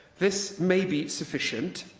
this may be sufficient,